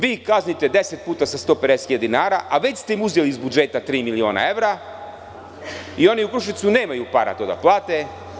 Vi kaznite deset puta sa 150.000 dinara, a već ste im uzeli iz budžeta tri miliona evra, i oni u Kruševcu nemaju para to da plate.